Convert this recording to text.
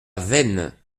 veynes